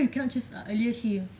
why you just cannot earlier shift